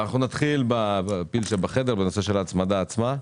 ונתחיל בפיל שבחדר, ההצמדה עצמה,